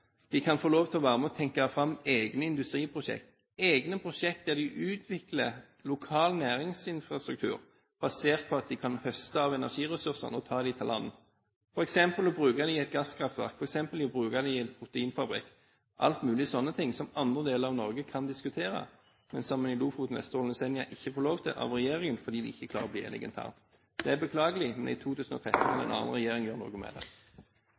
VI, Nordland VII og Troms II. Men det er også viktig at de føler at de kan få lov til å være med og tenke fram egne industriprosjekter, egne prosjekter der de utvikler lokal næringsinfrastruktur basert på at de kan høste av energiressursene og ta dem til land, f.eks. bruke dem i et gasskraftverk eller i en proteinfrabrikk – alle mulige slike ting som andre deler av Norge kan diskutere, men som Lofoten, Vesterålen og Senja ikke får lov til av regjeringen fordi de ikke klarer å bli enige internt. Det er beklagelig, men i 2013 vil en annen regjering gjøre noe med